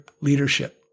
leadership